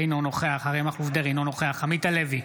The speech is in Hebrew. אינו נוכח אריה מכלוף דרעי, אינו נוכח עמית הלוי,